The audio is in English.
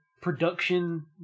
production